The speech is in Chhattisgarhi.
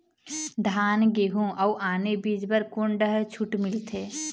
धान गेहूं अऊ आने बीज बर कोन डहर छूट मिलथे?